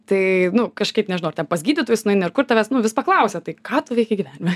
tai nu kažkaip nežinau ar ten pas gydytojus nueini ar kur tavęs nu vis paklausia tai ką tu veiki gyvenime